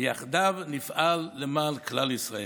ויחדיו נפעל למען כלל ישראל.